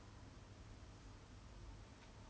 phase of their life but then they still have like maybe like